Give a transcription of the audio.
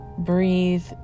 breathe